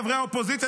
חברי האופוזיציה,